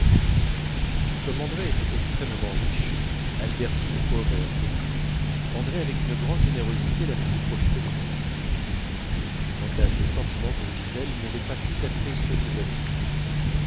comme andrée était extrêmement riche albertine pauvre et orpheline andrée avec une grande générosité la faisait profiter de son luxe quant à ses sentiments pour gisèle ils n'étaient pas tout à fait ceux que j'avais crus